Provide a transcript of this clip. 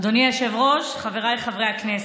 אדוני היושב-ראש, חבריי חברי הכנסת,